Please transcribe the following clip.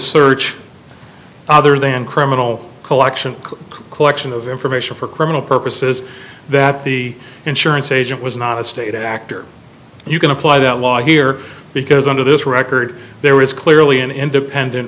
search other than criminal collection collection of information for criminal purposes that the insurance agent was not a state actor and you can apply that law here because under this record there is clearly an independent